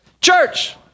Church